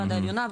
וועדה עליונה,